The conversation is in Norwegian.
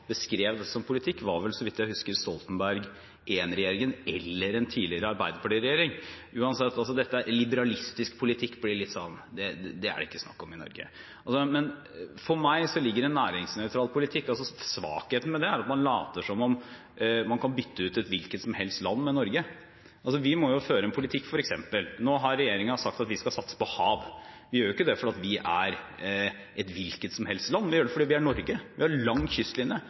Stoltenberg I-regjeringen, eller en tidligere Arbeiderparti-regjering. Uansett – en liberalistisk politikk er det ikke snakk om i Norge. For meg er svakheten ved en næringsnøytral politikk at man later som om man kan bytte ut et hvilket som helst land med Norge. For eksempel har regjeringen sagt at vi skal satse på hav. Vi gjør ikke det fordi vi er et hvilket som helst land, vi gjør det fordi vi er Norge. Vi har en lang kystlinje,